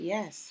Yes